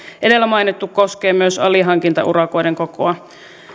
edellä mainittu koskee myös alihankintaurakoiden kokoa